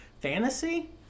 fantasy